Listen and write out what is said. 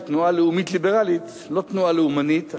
"תנועה לאומית ליברלית" לא תנועה לאומנית,